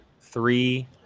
three